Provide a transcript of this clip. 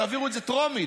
תעבירו את זה טרומית,